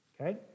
okay